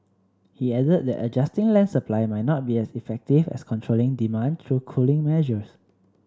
he added that adjusting land supply might not be as effective as controlling demand through cooling measures